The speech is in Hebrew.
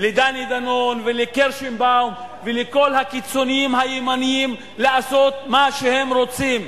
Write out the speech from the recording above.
לדני דנון ולקירשנבאום ולכל הקיצוניים הימניים לעשות מה שהם רוצים,